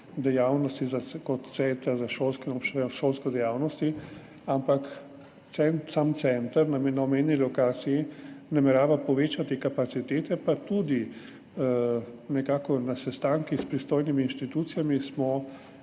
dejavnosti kot centra za šolske in obšolske dejavnosti, ampak sam center na omenjeni lokaciji namerava povečati kapacitete. Pa tudi na sestankih s pristojnimi institucijami smo